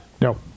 No